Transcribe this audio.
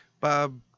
Bob